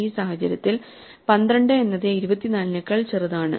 ഈ സാഹചര്യത്തിൽ 12 എന്നത് 24 നെക്കാൾ ചെറുതാണ്